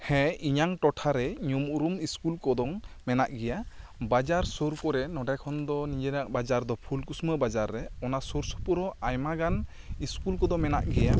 ᱦᱮᱸ ᱤᱧᱟᱹᱝ ᱴᱚᱴᱷᱟ ᱨᱮ ᱧᱩᱢ ᱩᱨᱩᱢ ᱤᱥᱠᱩᱞ ᱠᱚᱫᱚᱢ ᱢᱮᱱᱟᱜ ᱜᱤᱭᱟᱹ ᱵᱟᱡᱟᱨ ᱥᱩᱨ ᱠᱚᱨᱮ ᱱᱚᱸᱰᱮ ᱠᱷᱚᱱ ᱫᱚ ᱱᱤᱭᱟᱹ ᱨᱮᱱᱟᱜ ᱵᱟᱡᱟᱨ ᱫᱚ ᱯᱷᱩᱞᱠᱩᱥᱢᱟ ᱵᱟᱡᱟᱨ ᱨᱮ ᱚᱱᱟ ᱥᱩᱨ ᱥᱩᱯᱩᱨ ᱦᱚᱸ ᱟᱭᱢᱟ ᱜᱟᱱ ᱤᱥᱠᱩᱞ ᱠᱚ ᱫᱚ ᱢᱮᱱᱟᱜ ᱜᱮᱭᱟ